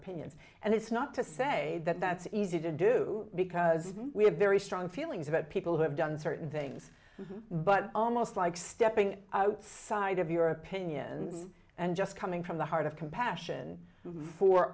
opinions and it's not to say that that's easy to do because we have very strong feelings about people who have done certain things but almost like stepping outside of your opinions and just coming from the heart of compassion for